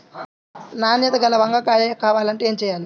నాణ్యత గల వంగ కాయ కావాలంటే ఏమి చెయ్యాలి?